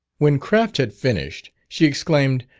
when craft had finished, she exclaimed,